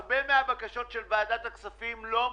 הרבה מהבקשות של ועדת הכספים לא מומשו.